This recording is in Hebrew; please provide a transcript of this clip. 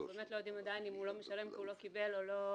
אנחנו באמת לא יודעים אם הוא לא משלם כי הוא לא קיבל או כי